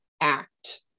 act